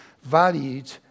valued